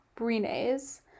Brines